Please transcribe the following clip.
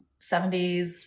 70s